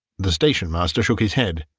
the station-master shook his head.